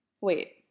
Wait